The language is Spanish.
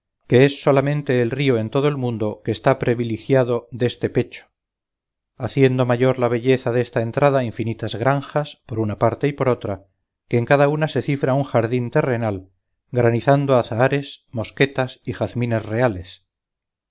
que es solamente el río en todo el mundo que está previligiado deste pecho haciendo mayor la belleza desta entrada infinitas granjas por una parte y por otra que en cada una se cifra un jardín terrenal granizando azahares mosquetas y jazmines reales